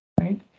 right